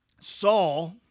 Saul